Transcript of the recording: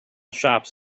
shops